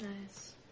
nice